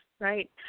right